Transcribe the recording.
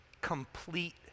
complete